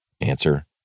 Answer